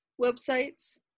websites